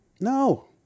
No